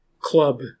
club